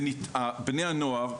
בני הנוער,